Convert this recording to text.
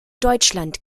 deutschland